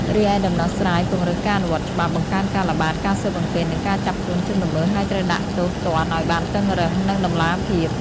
រីឯដំណោះស្រាយពង្រឹងការអនុវត្តច្បាប់ បង្កើនការល្បាត ការស៊ើបអង្កេត និងការចាប់ខ្លួនជនល្មើស ហើយត្រូវដាក់ទោសទណ្ឌឱ្យបានតឹងរ៉ឹង និងតម្លាភាព។